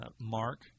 Mark